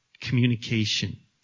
communication